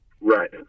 Right